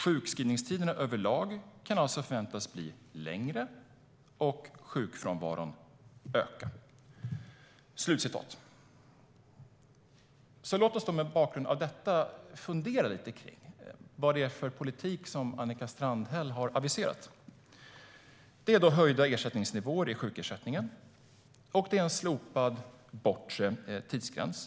Sjukskrivningstiderna överlag kan alltså förväntas bli längre och sjukfrånvaron öka." Låt oss mot bakgrund av detta fundera lite på vad det är för politik som Annika Strandhäll har aviserat. Det är höjda ersättningsnivåer i sjukersättningen och en slopad bortre tidsgräns.